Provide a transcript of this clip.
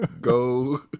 Go